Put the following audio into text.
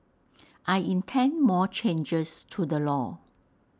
I intend more changes to the law